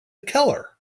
keller